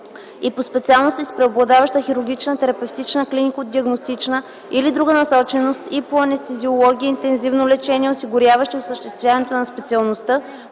и по специалности с преобладаваща хирургична, терапевтична, клинико-диагностична или друга насоченост и по анестезиология и интензивно лечение, осигуряващи осъществяването на специалността,